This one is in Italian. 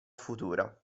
futura